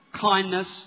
kindness